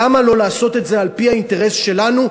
למה לא לעשות את זה על-פי האינטרס שלנו,